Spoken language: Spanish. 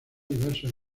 diversos